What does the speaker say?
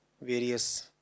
various